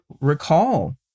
Recall